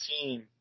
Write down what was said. team